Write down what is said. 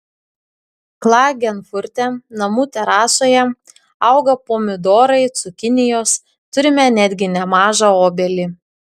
klagenfurte namų terasoje auga pomidorai cukinijos turime netgi nemažą obelį